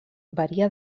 varia